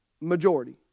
majority